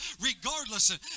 regardless